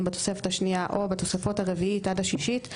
בתוספת השנייה או בתוספות הרביעית עד השישית,